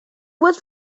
was